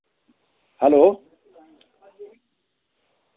hello